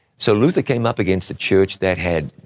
so luther came up against a church that had,